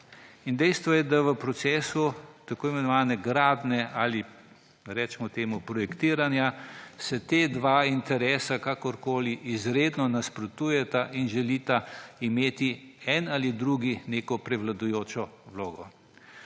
dejstvo je, da v procesu tako imenovane gradnje ali, recimo temu, projektiranja si ta dva interesa kakorkoli izredno nasprotujeta in želita imeti en ali drug neko prevladujočo vlogo.